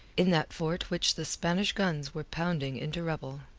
in that fort which the spanish guns were pounding into rubble.